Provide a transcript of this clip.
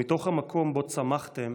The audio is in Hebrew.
מתוך המקום שבו צמחתם,